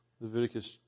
Leviticus